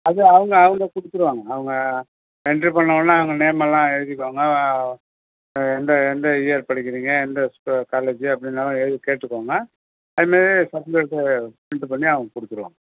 அது அவங்க அவங்க கொடுத்துருவாங்க அவங்க என்ட்ரி பண்ண ஒடனே அவங்க நேம்மெல்லாம் எழுதிக்குவாங்க எந்த எந்த இயர் படிக்கிறிங்க எந்த காலேஜி அப்படின்னுலாம் எழுதி கேட்டுக்குவாங்க அதுமாரி பசங்களுக்கு என்ட்ரி பண்ணி அவங்க கொடுத்துருவாங்க